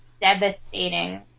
devastating